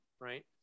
right